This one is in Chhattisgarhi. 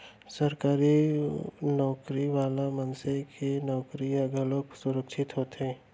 सरकारी नउकरी वाला मनखे के नउकरी ह घलोक सुरक्छित होथे